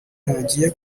ntangiye